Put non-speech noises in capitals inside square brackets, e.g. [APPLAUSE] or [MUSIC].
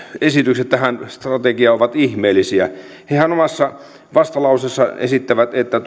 esitykset tähän strategiaan ovat ihmeellisiä hehän omassa vastalauseessaan esittävät että [UNINTELLIGIBLE]